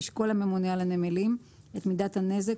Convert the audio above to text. ישקול הממונה על הנמלים את מידת הנזק,